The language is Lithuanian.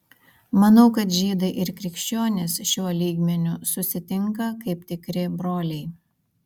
manau kad žydai ir krikščionys šiuo lygmeniu susitinka kaip tikri broliai